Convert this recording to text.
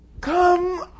come